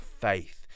faith